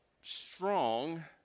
strong